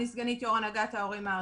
סגנית יושב-ראש הנהגת ההורים הארצית.